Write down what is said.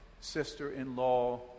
sister-in-law